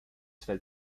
fällt